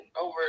over